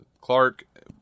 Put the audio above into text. clark